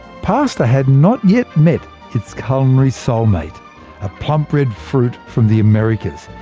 pasta had not yet met its culinary soulmate a plump red fruit from the americas.